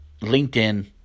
LinkedIn